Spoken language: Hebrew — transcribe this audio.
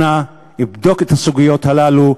אנא בדוק את הסוגיות הללו,